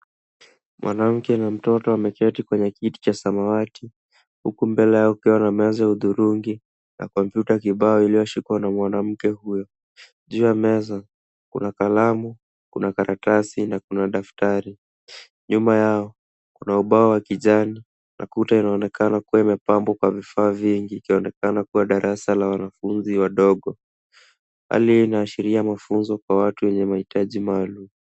Mwanamke na mtoto wameketi kwenye kiti cha samawati, huku mbele yao kukiwa na meza ya hudhurungi na kompyuta kibao iliyoshikwa na mwanamke huyo. Juu ya meza kuna kalamu, kuna karatasi na kuna daftari. Nyuma yao kuna ubao wa kijani na kuta inaonekana kuwa imepambwa kwa vifaa vingi ikionekana kuwa darasa la wanafunzi wadogo. Hali hii inaashiria mafunzo kwa watu wenye mahitaji maalum.